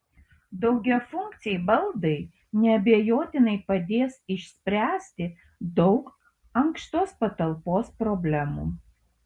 daugiafunkciai baldai neabejotinai padės išspręsti daug ankštos patalpos problemų